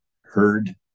heard